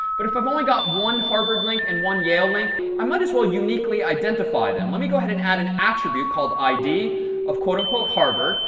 but if i've only got one harvard link and one yale link, i might as well uniquely identify them. let me go ahead and add an attribute called id of quote-unquote harvard,